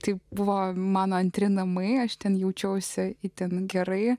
tai buvo mano antri namai aš ten jaučiausi itin gerai